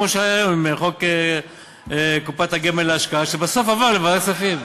כמו שהיה היום עם חוק קופת הגמל להשקעה שבסוף עבר לוועדת כספים.